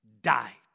died